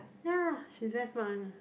yea she's very smart one lah